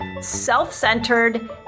self-centered